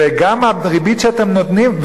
וגם הריבית שאתם נותנים,